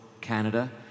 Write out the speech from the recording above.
Canada